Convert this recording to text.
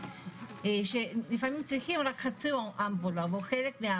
שלפעמים צריכים חצי אמפולה או חלק,